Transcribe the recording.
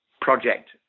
project